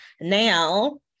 Now